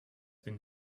been